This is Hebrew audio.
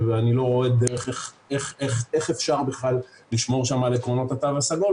ואני לא רואה דרך איך אפשר לשמור שם על עקרונות התו הסגול,